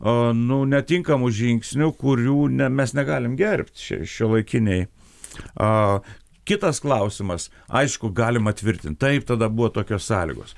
aa nu netinkamų žingsnių kurių ne mes negalim gerbt čia šiuolaikiniai aa kitas klausimas aišku galima tvirtint taip tada buvo tokios sąlygos